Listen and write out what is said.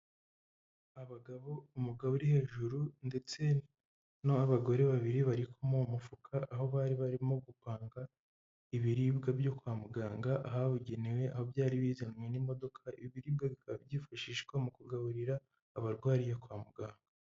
Abagabo, umugabo uri hejuru ndetse n'abagore babiri bari kumuha mufuka aho bari barimo gupanga ibiribwa byo kwa muganga ahabugenewe, aho byari bizanywe n'imodoka, ibi biribwa bikaba byifashishwa mu kugaburira abarwariye kwa muganga.